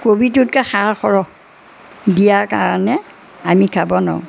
কবিটোতকৈ সাৰ সৰহ দিয়াৰ কাৰণে আমি খাব নোৱাৰোঁ